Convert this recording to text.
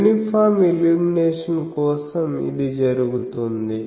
uniform illumination కోసం ఇది జరుగుతుంది